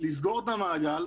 לסגור את המעגל,